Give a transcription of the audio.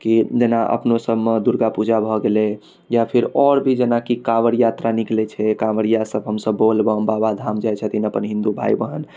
जेना अपनों सबमे दुर्गा पूजा भऽ गेलै या फिर आओर भी जेनाकि काॅंवड़ यात्रा निकलै छै काॅंवरिया सब हमसब बोलबम बाबाधाम जाइ छथिन अपन हिन्दू भाइ बहन